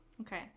okay